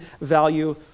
value